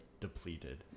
depleted